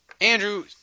Andrew